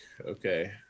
okay